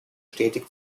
stetig